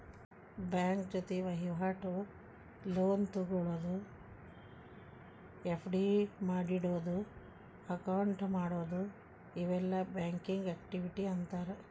bank ಜೊತಿ ವಹಿವಾಟು, loan ತೊಗೊಳೋದು, ಎಫ್.ಡಿ ಮಾಡಿಡೊದು, ಅಕೌಂಟ್ ಮಾಡೊದು ಇವೆಲ್ಲಾ ಬ್ಯಾಂಕಿಂಗ್ ಆಕ್ಟಿವಿಟಿ ಅಂತಾರ